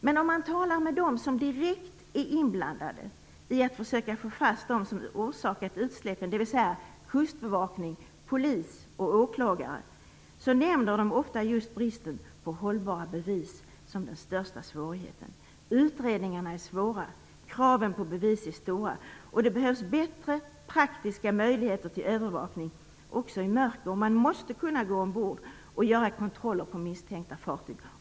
Men om man talar med dem som är direkt inblandade i att försöka få fast dem som har orsakat utsläppen, dvs. kustbevakning, polis och åklagare, nämner de ofta just bristen på hållbara bevis som den största svårigheten. Utredningarna är svåra, och kraven på bevis är stora. Det behövs bättre praktiska möjligheter till övervakning också i mörker. Man måste kunna gå ombord och göra kontroller på misstänkta fartyg.